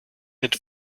mit